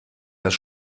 das